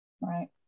Right